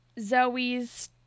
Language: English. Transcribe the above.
Zoe's